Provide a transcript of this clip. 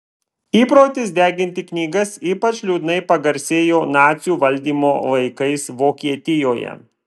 įprotis deginti knygas ypač liūdnai pagarsėjo nacių valdymo laikais vokietijoje